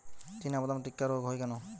চিনাবাদাম টিক্কা রোগ হয় কেন?